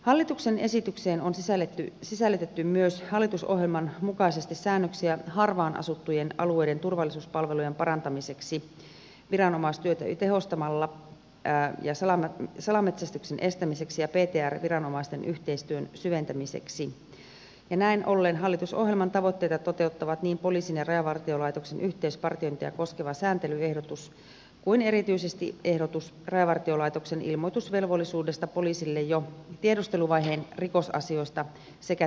hallituksen esitykseen on sisällytetty myös hallitusohjelman mukaisesti säännöksiä harvaan asuttujen alueiden turvallisuuspalvelujen parantamiseksi viranomaisyhteistyötä tehostamalla salametsästyksen estämiseksi ja ptr viranomaisten yhteistyön syventämiseksi ja näin ollen hallitusohjelman tavoitteita toteuttavat niin poliisin ja rajavartiolaitoksen yhteisvartiointia koskeva sääntelyehdotus kuin erityisesti ehdotus rajavartiolaitoksen ilmoitusvelvollisuudesta poliisille jo tiedusteluvaiheen rikosasioista sekä tiedonhankintakeinoista